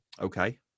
Okay